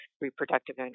reproductive